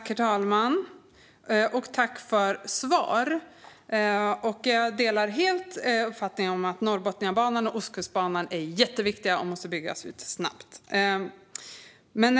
Herr talman! Jag tackar för svaret. Jag delar helt uppfattningen att Norrbotniabanan och Ostkustbanan är jätteviktiga och måste byggas ut snabbt.